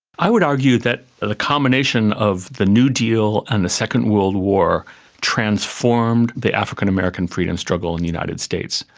i would argue that the combination of the new deal and the second world war transformed the african american freedom struggle in and the united states.